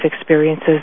experiences